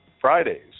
Fridays